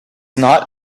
not